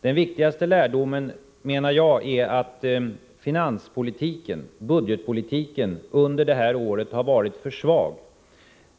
Den viktigaste lärdomen är, menar jag, att finanspolitiken, budgetpolitiken, under det här året varit för svag.